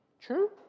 True